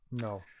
No